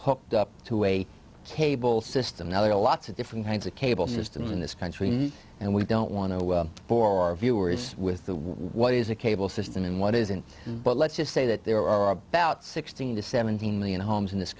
way up to a cable system now there are lots of different kinds of cable systems in this country and we don't want to bore viewers with what is a cable system and what isn't but let's just say that there are about sixteen to seventeen million homes in this